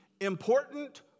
important